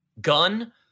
Gun